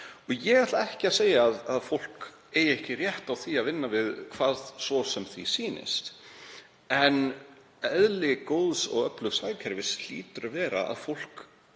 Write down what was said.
Ég ætla ekki að segja að fólk eigi ekki rétt á því að vinna við það sem því sýnist. En eðli góðs og öflugs hagkerfis hlýtur að vera að fólk